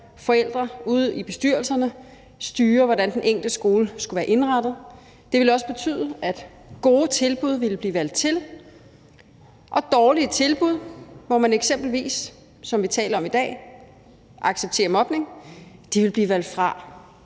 forældrene ude i bestyrelserne at styre, hvordan den enkelte skole skulle være indrettet. Det ville også betyde, at gode tilbud ville blive valgt til, og at dårlige tilbud, hvor man eksempelvis, som vi taler om i dag, accepterer mobning, ville blive valgt fra.